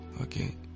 Okay